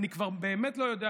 אני כבר באמת לא יודע,